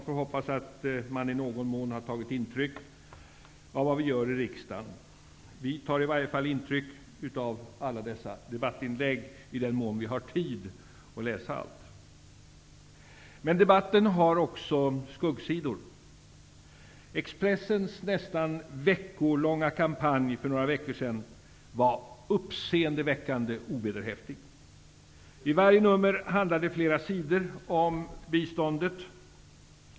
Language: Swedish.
Vi får hoppas att man i någon mån har tagit intryck av vad vi gör i riksdagen. Vi tar i alla fall intryck av alla dessa debattinlägg i den mån vi har tid att läsa allt. Men debatten har också skuggsidor. Expressens nästan veckolånga kampanj för några veckor sedan var uppseendeväckande ovederhäftig. I varje nummer handlade flera sidor om biståndet.